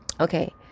Okay